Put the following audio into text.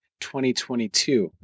2022